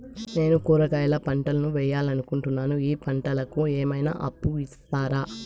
నేను కూరగాయల పంటలు వేయాలనుకుంటున్నాను, ఈ పంటలకు ఏమన్నా అప్పు ఇస్తారా?